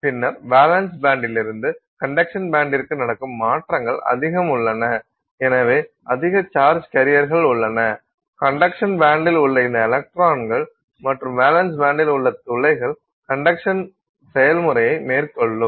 பின்னர் வேலன்ஸ் பேண்டிலிருந்து கண்டக்ஷன் பேண்டிற்கு நடக்கும் மாற்றங்கள் அதிகம் உள்ளன எனவே அதிக சார்ஜ் கேரியர்கள் உள்ளன கண்டக்ஷன் பேண்டில் உள்ள இந்த எலக்ட்ரான்கள் மற்றும் வேலன்ஸ் பேண்டில் உள்ள துளைகள் கண்டக்ஷன் செயல்முறையை மேற்கொள்ளும்